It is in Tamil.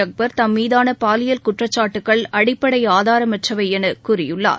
அக்பர் தம்மீதான பாலியல் குற்றச்சாட்டுகள் அடிப்படை ஆதாரமற்றவை என கூறியுள்ளார்